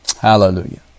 Hallelujah